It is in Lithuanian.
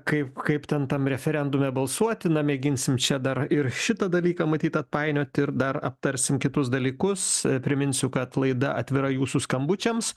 kaip kaip ten tam referendume balsuoti na mėginsim čia dar ir šitą dalyką matyt atpainioti ir dar aptarsim kitus dalykus priminsiu kad laida atvira jūsų skambučiams